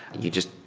you just,